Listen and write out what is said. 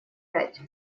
пять